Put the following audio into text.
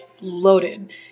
loaded